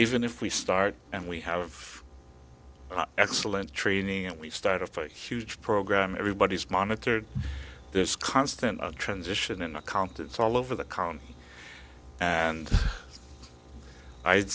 even if we start and we have excellent training and we start of a huge program everybody's monitored there's constant transition in accountants all over the county and i